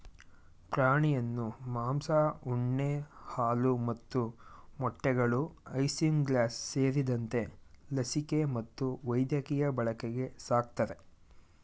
ಪ್ರಾಣಿಯನ್ನು ಮಾಂಸ ಉಣ್ಣೆ ಹಾಲು ಮತ್ತು ಮೊಟ್ಟೆಗಳು ಐಸಿಂಗ್ಲಾಸ್ ಸೇರಿದಂತೆ ಲಸಿಕೆ ಮತ್ತು ವೈದ್ಯಕೀಯ ಬಳಕೆಗೆ ಸಾಕ್ತರೆ